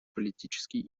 политический